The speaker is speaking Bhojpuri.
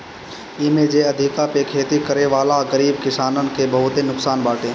इमे जे अधिया पे खेती करेवाला गरीब किसानन के बहुते नुकसान बाटे